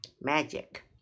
Magic